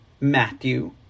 Matthew